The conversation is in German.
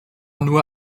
nur